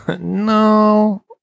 No